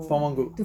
form one group